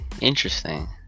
Interesting